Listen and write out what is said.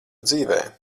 dzīvē